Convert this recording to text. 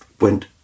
went